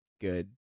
good